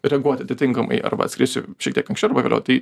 reaguoti atitinkamai arba atskrisiu šiek tiek anksčiau arba vėliau tai